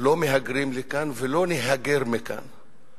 לא מהגרים לכאן ולא נהגר מכאן.